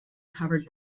covered